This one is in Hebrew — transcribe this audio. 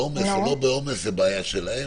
בעומס או לא בעומס זו בעיה שלהם,